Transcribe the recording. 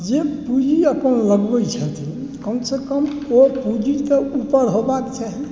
जे पूँजी अपन लगबैत छथि कमसँ कम ओ पूँजी तँ ऊपर हेबाक चाही